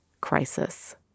crisis